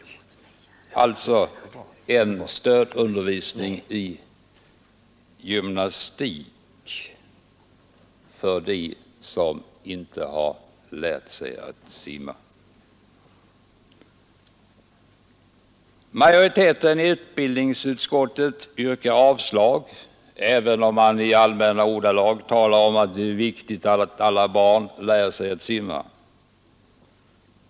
Det skulle alltså bli en stödundervisning i gymnastik för dem som inte har lärt sig simma. Majoriteten i utbildningsutskottet har yrkat avslag på motionen, även om man i allmänna ordalag talar om hur viktigt det är att alla barn lär sig simma.